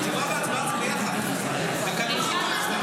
אמרתי לך,